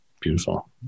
beautiful